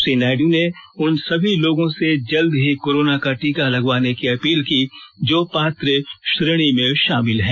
श्री नायडू ने उन सभी लोगों से जल्द ही कोरोना का टीका लगवाने की अपील की जो पात्र श्रेणी में शामिल हैं